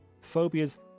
phobias